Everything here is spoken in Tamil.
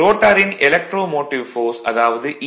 ரோட்டாரின் எலக்ட்ரோ மோட்டிவ் ஃபோர்ஸ் அதாவது ஈ